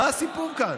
מה הסיפור כאן?